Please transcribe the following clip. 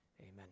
amen